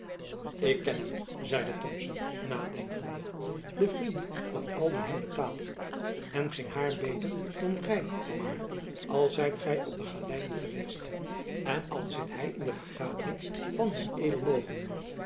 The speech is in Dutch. ik ken hem zeide thomson nadenkende den vriend van al wie hem betaalt en geen hair beter dan gy pomard al zijt gy op de galeien geweest en al zit hy in de vergadering van hun